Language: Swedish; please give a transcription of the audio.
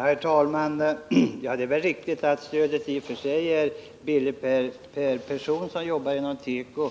Herr talman! Det är riktigt att stödet i och för sig är billigt räknat per person som arbetar inom teko.